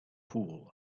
fool